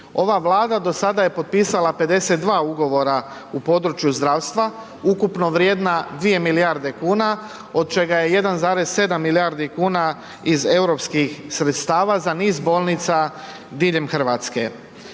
Ova Vlada do sada je potpisala 52 ugovora u području zdravstva, ukupno vrijedna 2 milijarde kuna, od čega je 1,7 milijardi kuna iz EU sredstava za niz bolnica diljem Hrvatske.